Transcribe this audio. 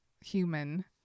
human